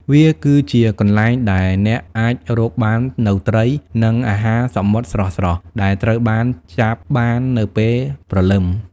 វាគឺជាកន្លែងដែលអ្នកអាចរកបាននូវត្រី និងអាហារសមុទ្រស្រស់ៗ ដែលត្រូវបានចាប់បាននៅពេលព្រលឹម។